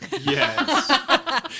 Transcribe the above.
Yes